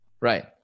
right